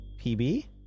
PB